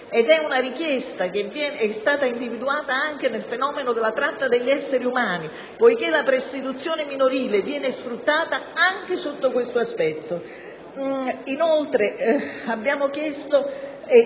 È una richiesta che è stata individuata anche nell'ambito del fenomeno della tratta degli esseri umani, poiché la prostituzione minorile viene sfruttata anche sotto questo aspetto.